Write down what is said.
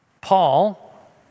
Paul